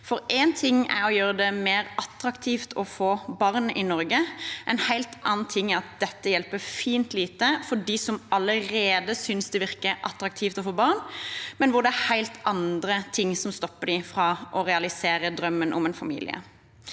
én ting er å gjøre det mer attraktivt å få barn i Norge. En helt annen ting er at dette hjelper fint lite for dem som allerede synes det virker attraktivt å få barn, men hvor det er helt andre ting som stopper dem fra å realisere drømmen om en familie.